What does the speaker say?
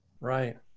Right